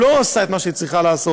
לא עושה את מה שהיא צריכה לעשות,